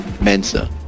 mensa